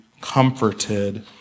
comforted